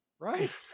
Right